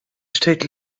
state